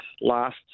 last